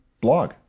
blog